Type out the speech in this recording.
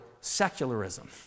secularism